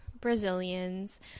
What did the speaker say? Brazilians